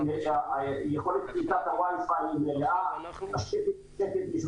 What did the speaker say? יכולת קליטת הוואי-פיי מלאה --- כך